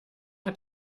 hat